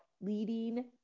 leading